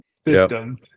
system